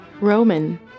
Roman